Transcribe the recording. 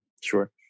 sure